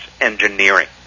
engineering